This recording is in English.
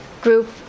group